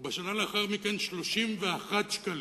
ובשנה שלאחר מכן 31 שקלים.